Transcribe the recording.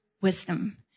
wisdom